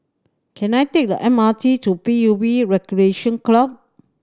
can I take the M R T to P U B Recreation Club